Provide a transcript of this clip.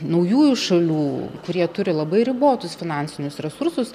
naujųjų šalių kurie turi labai ribotus finansinius resursus